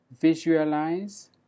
visualize